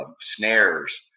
snares